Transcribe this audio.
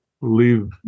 leave